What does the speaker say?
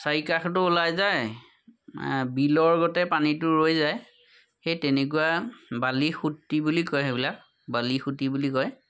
চাৰি কাষতো ওলাই যায় বিলৰ গতে পানীটো ৰৈ যায় সেই তেনেকুৱা বালি সুঁতি বুলি কয় সেইবিলাক বালি সুঁতি বুলি কয়